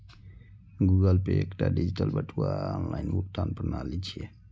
Google Pay एकटा digital बटुआ आ ऑनलाइन भुगतान प्रणाली छियै